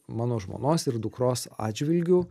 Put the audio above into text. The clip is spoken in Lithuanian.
mano žmonos ir dukros atžvilgiu